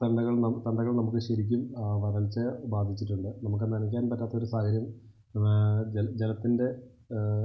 തന്നകൾനം തണ്ടകൾ നമുക്ക് ശരിക്കും ആ വരൾച്ചയെ ബാധിച്ചിട്ടുണ്ട് നമുക്കെന്നാലും ഇരിക്കാൻ പറ്റാത്തൊരു സാഹചര്യം ജലം ജലത്തിൻ്റെ